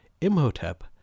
Imhotep